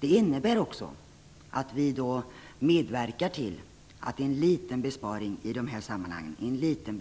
Det innebär också att vi medverkar till att en i dessa sammanhang liten besparing kan genomföras.